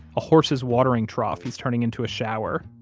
a horse's watering trough he's turning into a shower.